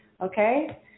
Okay